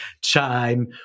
chime